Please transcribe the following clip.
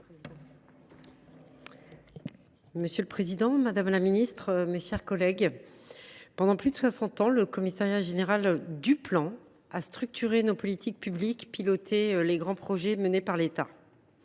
Monsieur le président, madame la ministre, mes chers collègues, pendant plus de soixante ans, le Commissariat général du plan a structuré nos politiques publiques et piloté les grands projets menés par l’État.